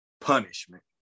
punishment